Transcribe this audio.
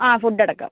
ആ ഫുഡടക്കം